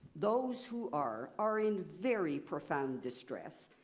those who are, are in very profound distress.